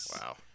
Wow